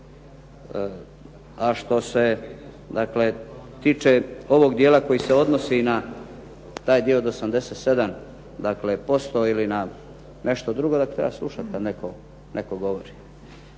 A što se tiče ovog dijela koji se odnosi na ovaj dio od 87 dakle posto ili na nešto drugo, da treba slušati kada netko govori.đ